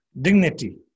dignity